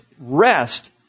rest